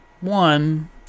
one